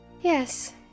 Yes